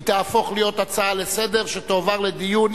היא תהפוך להיות הצעה לסדר שתועבר לדיון,